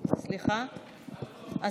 סליחה,